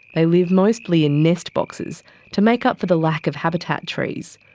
they live mostly in nest boxes to make up for the lack of habitat trees.